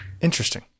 Interesting